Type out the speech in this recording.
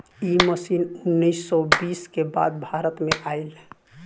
इ मशीन उन्नीस सौ बीस के बाद भारत में आईल